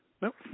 Nope